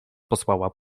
posłała